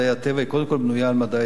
היא קודם כול בנויה על מדעי הרוח.